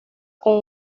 con